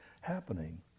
happening